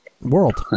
world